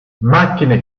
macchine